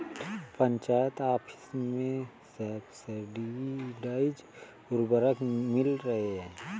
panchayat office में subsidised उर्वरक मिल रहे हैं